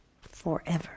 forever